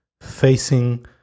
facing